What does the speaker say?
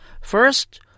First